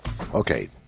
Okay